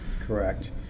Correct